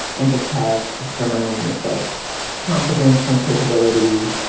and just have her manias like competence and capability,